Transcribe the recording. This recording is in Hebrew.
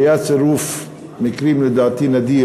שהיה, לדעתי, צירוף מקרים נדיר,